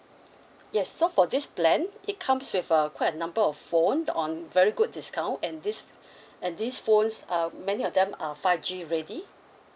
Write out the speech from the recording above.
yes so for this plan it comes with a quite a number of phone the on very good discount and these and these phones uh many of them are five G ready